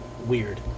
weird